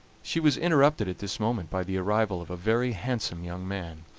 she was interrupted at this moment by the arrival of a very handsome young man.